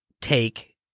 take